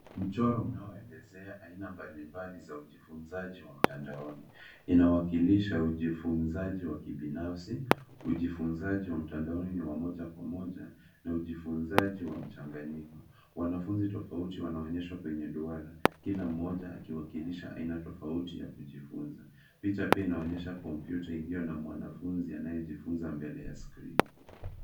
Mchoro unaoelezea aina mbalimbali ya ujifunzaji wa mtandaoni. Inawakilisha ujifunzaji wa kibinafsi, ujifunzaji wa mtandaoni ni wa moja kwa moja na ujifunzaji wa mchanganyiko. Wanafunzi tofauti wanaonyeshwa kwenye duara, kila mmoja akiwakilisha aina tofauti ya kujifunza. Picha pia inaonyesha komputa iliyo na mwanafunzi anayejifunza mbele ya skrini.